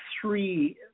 three